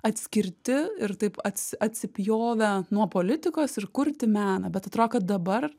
atskirti ir taip ats atsipjovę nuo politikos ir kurti meną bet atrodo kad dabar